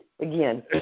again